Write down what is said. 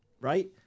Right